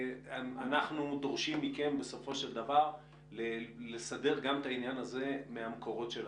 אנחנו דורשים מכם בסופו של דבר לסדר גם את העניין הזה מהמקורות שלכם.